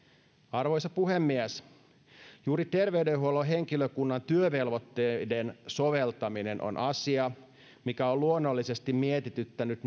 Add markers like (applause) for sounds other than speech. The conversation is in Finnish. arvoisa puhemies juuri terveydenhuollon henkilökunnan työvelvoitteiden soveltaminen on asia mikä näinä päivinä on luonnollisesti mietityttänyt (unintelligible)